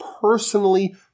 personally